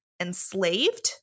enslaved